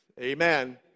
Amen